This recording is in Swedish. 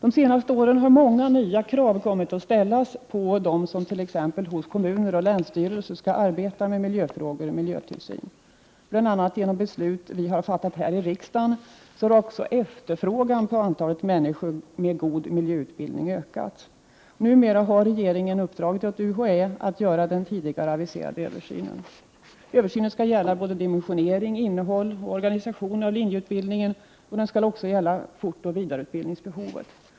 De senaste åren har det kommit att ställas många nya krav på dem som t.ex. hos kommuner och länsstyrelser skall arbeta med miljöfrågor och miljötillsyn. Också efterfrågan på människor med god miljöutbildning har ökat, bl.a. genom de beslut vi fattat här i riksdagen. Regeringen har nu uppdragit åt UHÄ att genomföra den tidigare aviserade översynen. Översynen skall omfatta dimensionering, innehåll och organisation av linjeutbildningen samt behovet av fortoch vidareutbildning.